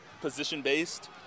position-based